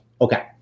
Okay